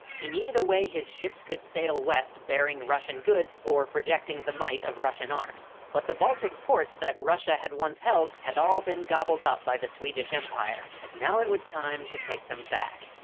he needed a way his ships could sail west, bearing russian goods or, projecting the might of russian arms. but the baltic ports that russia had once held, had all been gobbled up by the swedish empire. now, it was time to take them back.